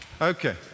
Okay